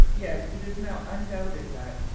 yet it is now undoubted that,